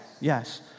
Yes